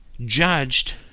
judged